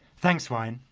thanks ryan.